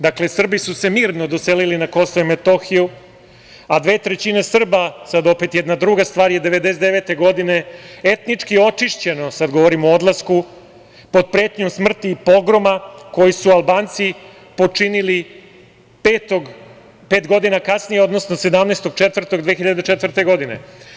Dakle, Srbi su se mirno doselili na Kosovo i Metohiju, a dve trećine Srba, sad opet jedna druga stvar, je 1999. godine etnički očišćeno, sad govorim o odlasku, pod pretnjom smrti i pogroma koji su Albanci počinili pet godina kasnije, odnosno 17.04.2004. godine.